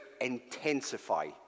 intensify